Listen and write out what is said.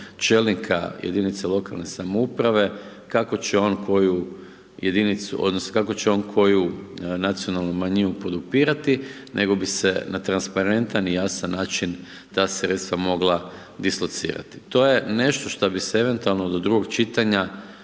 će on koju jedinicu, odnosno, kako će on koju nacionalnu manjinu podupirati, nego bi se na transparentan i jačan način ta sredstva mogla dislocirati. To je nešto što bi se eventualno do drugog čitanja